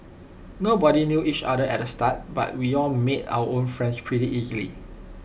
nobody knew each other at the start but we all made our own friends pretty easily